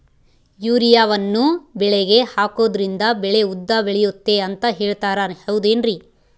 ಯೂರಿಯಾವನ್ನು ಬೆಳೆಗೆ ಹಾಕೋದ್ರಿಂದ ಬೆಳೆ ಉದ್ದ ಬೆಳೆಯುತ್ತೆ ಅಂತ ಹೇಳ್ತಾರ ಹೌದೇನ್ರಿ?